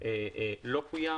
לא קוים